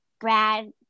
Brad